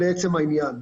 לעצם העניין.